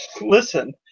Listen